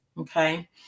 okay